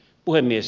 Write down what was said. puhemies